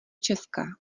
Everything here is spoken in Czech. česká